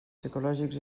psicològics